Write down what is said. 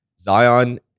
Zion